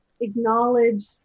acknowledge